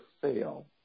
fail